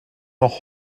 noch